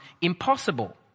impossible